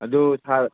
ꯑꯗꯨꯕꯨ ꯁꯥꯔ